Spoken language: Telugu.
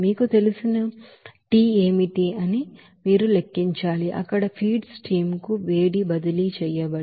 మీకు తెలిసిన ది ఏమిటి అని మీరు లెక్కించాలి అక్కడ ఫీడ్ స్ట్రీమ్ కు హీట్ ట్రాన్స్ఫర్ చేయండి